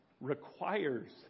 requires